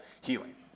healing